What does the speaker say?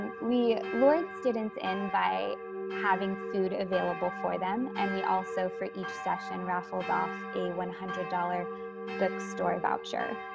and we lured students in by having food available for them and we also for each session raffled off a one hundred dollars book store voucher.